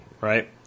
right